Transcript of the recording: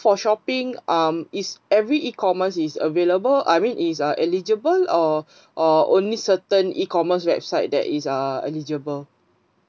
for shopping um is every E commerce is available I mean is are eligible or or only certain E commerce website that is are eligible